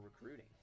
recruiting